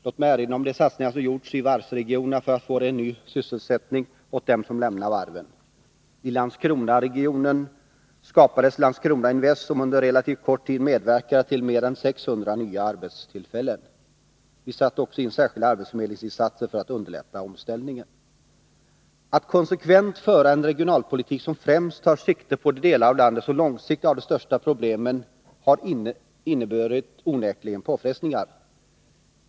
Låt mig erinra om de satsningar som gjorts t.ex. i varvsregionerna för att få fram ny sysselsättning åt dem som lämnat varven. I Landskronaregionen skapades Landskronainvest som under relativt kort tid medverkat till mer än 600 nya arbetstillfällen. Vi gjorde också särskilda arbetsförmedlingsinsatser för att underlätta omställningen. Att konsekvent föra en regionalpolitik som främst tar sikte på de delar av landet som långsiktigt har de största problemen har onekligen inneburit påfrestningar.